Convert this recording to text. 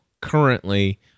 currently